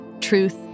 truth